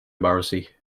morrissey